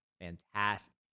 fantastic